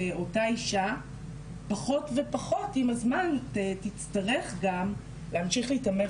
שאותה אישה פחות ופחות עם הזמן תצטרך גם להמשיך להיתמך